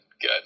good